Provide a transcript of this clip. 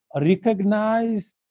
recognize